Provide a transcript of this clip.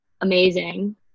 amazing